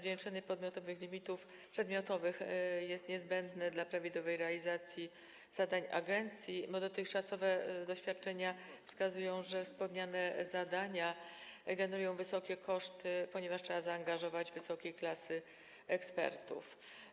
Zwiększenie limitów przedmiotowych jest niezbędne dla prawidłowej realizacji zadań agencji, ponieważ dotychczasowe doświadczenia wskazują, że wspomniane zadania generują wysokie koszty, jako że trzeba zaangażować wysokiej klasy ekspertów.